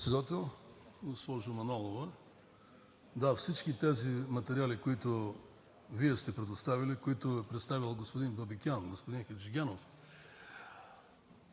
Председател! Госпожо Манолова, да, всички тези материали, които Вие сте предоставили, които е представил господин Бабикян, господин Хаджигенов